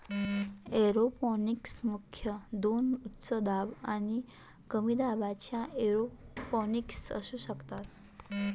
aeroponics मुख्यतः दोन उच्च दाब आणि कमी दाबाच्या एरोपोनिक्स असू शकतात